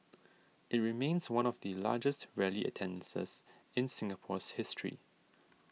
it remains one of the largest rally attendances in Singapore's history